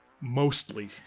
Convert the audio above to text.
mostly